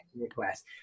request